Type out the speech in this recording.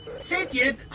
Ticket